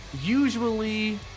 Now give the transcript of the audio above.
Usually